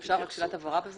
אז אפשר רק שאלת הבהרה, בבקשה?